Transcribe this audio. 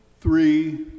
three